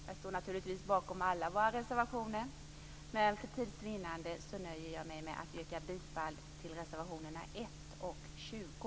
Jag står naturligtvis bakom alla våra reservationer, men för tids vinnande nöjer jag mig med att yrka bifall till reservationerna 1 och 20.